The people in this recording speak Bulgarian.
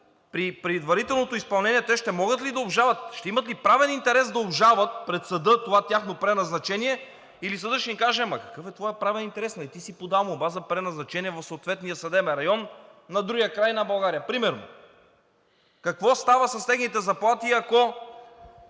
при предварителното изпълнение те ще могат ли да обжалват, ще имат ли правен интерес да обжалват пред съда това тяхно преназначение, или съдът ще им каже: ама какъв е твоят правен интерес, нали ти си подал молба за преназначение в съответния съдебен район на другия край на България примерно? Какво става с техните заплати, ако